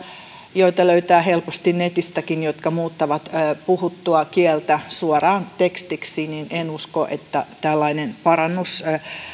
joita löytää helposti netistäkin jotka muuttavat puhuttua kieltä suoraan tekstiksi niin en usko että tällainen parannus